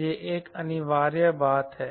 यह एक अनिवार्य बात है